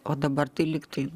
o dabar tai lygtai